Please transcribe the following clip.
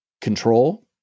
control